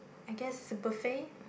I guess is a buffet